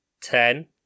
Ten